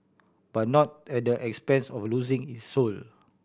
but not at the expense of losing its soul